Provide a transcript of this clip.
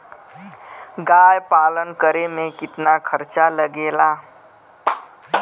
गाय पालन करे में कितना खर्चा लगेला?